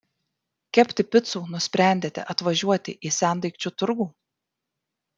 kepti picų nusprendėte atvažiuoti į sendaikčių turgų